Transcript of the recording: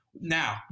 now